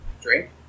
drink